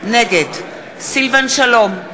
נגד סילבן שלום,